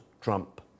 Trump